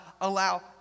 allow